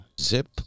Zip